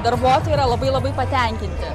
darbuotojai yra labai labai patenkinti